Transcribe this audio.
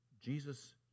Jesus